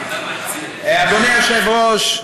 אדוני היושב-ראש,